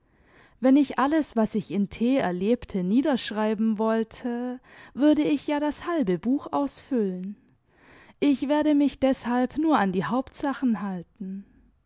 wenn ich alles was ich in t erlebte niederschreiben wollte würde ich ja das halbe buch ausfüllen ich werde mich deshalb nur an die hauptsachen halten